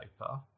paper